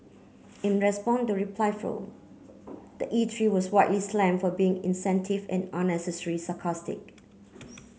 in respond the reply form the eatery was widely slam for being insensitive and unnecessary sarcastic